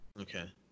Okay